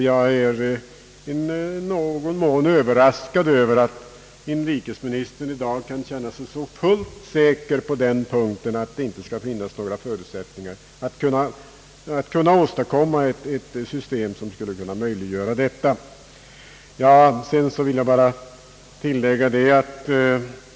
Jag är i någon mån överraskad av att inrikesministern kan känna sig så säker på att det inte finns några förutsättningar att åstadkomma ett sådant system.